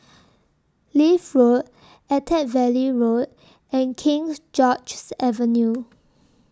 Leith Road Attap Valley Road and King George's Avenue